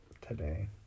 today